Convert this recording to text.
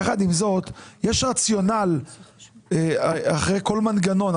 יחד עם זאת יש רציונל אחרי כל מנגנון,